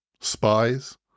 spies